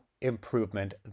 improvement